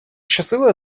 щаслива